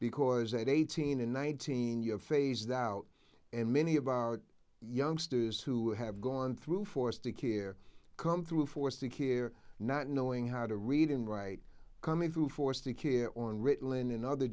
because at eighteen and nineteen year phased out and many of our youngsters who have gone through forced to care come through forced to care not knowing how to read and write coming through forced to care on ritalin and other